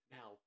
Now